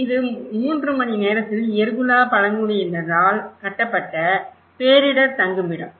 இது 3 மணிநேரத்தில் யெருகுலா பழங்குடியினரால் கட்டப்பட்ட பேரிடர் தங்குமிடம்